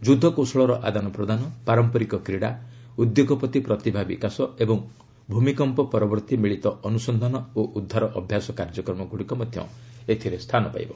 ଯୁଦ୍ଧକୌଶଳର ଆଦାନପ୍ରଦାନ ପାରମ୍ପରିକ କ୍ରୀଡ଼ା ଉଦ୍ୟୋଗପତି ପ୍ରତିଭା ବିକାଶ ଏବଂ ଭୂମିକମ୍ପ ପରବର୍ତ୍ତୀ ମିଳିତ ଅନୁସନ୍ଧାନ ଓ ଉଦ୍ଧାର ଅଭ୍ୟାସ କାର୍ଯ୍ୟକ୍ରମଗୁଡ଼ିକ ମଧ୍ୟ ଏଥିରେ ସ୍ଥାନ ପାଇବ